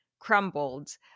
crumbled